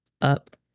up